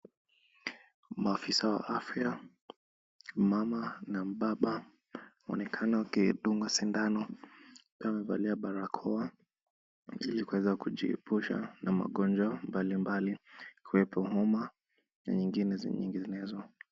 Maafisa wa afya mmama na mbaba wanaonekana wakidunga sindano wakiwa wamevalia barakoa ili kuweza kujiepusha na magonjwa mbalimbali, ikiwepo homa na nyingine nyinginezo..